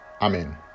amen